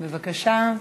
בבקשה.